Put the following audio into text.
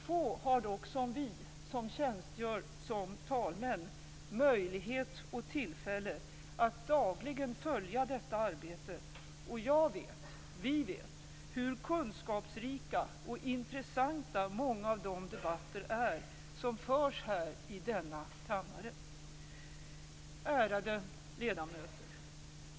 Få har dock som vi som tjänstgör som talmän möjlighet och tillfälle att dagligen följa detta arbete, och jag vet - vi vet - hur kunskapsrika och intressanta många av de debatter är som förs här i denna kammare. Ärade ledamöter!